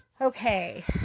Okay